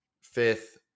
fifth